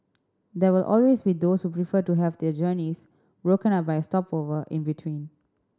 there will always be those who prefer to have their journeys broken up by a stopover in between